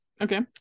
Okay